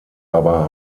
aber